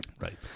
Right